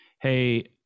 hey